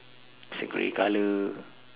it's like grey colour